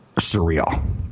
surreal